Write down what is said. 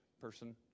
person